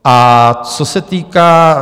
A co se týká...